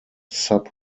sub